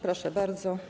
Proszę bardzo.